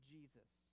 Jesus